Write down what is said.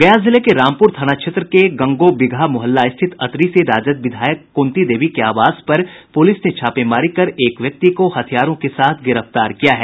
गया जिले के रामपुर थाना क्षेत्र के गंगो बिगहा मुहल्ला स्थित अतरी से राजद विधायक कृंती देवी के आवास पर पुलिस ने छापेमारी कर एक व्यक्ति को हथियारों के साथ गिरफ्तार किया है